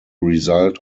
result